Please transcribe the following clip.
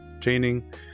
training